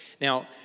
Now